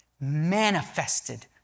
manifested